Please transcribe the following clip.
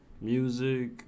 Music